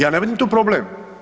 Ja ne vidim tu problem.